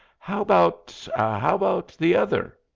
how about how about the other?